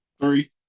Three